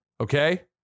okay